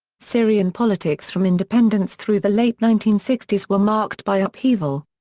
syrian politics from independence through the late nineteen sixty s were marked by upheaval.